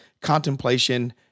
contemplation